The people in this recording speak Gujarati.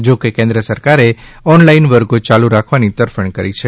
જો કે કેન્દ્ર સરકારે ઓનલાઇન વર્ગો યાલુ રાખવાની તરફેણ કરી છે